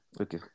Okay